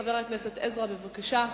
חבר הכנסת עזרא, בבקשה.